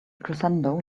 crescendo